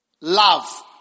Love